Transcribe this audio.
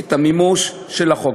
את מימוש החוק.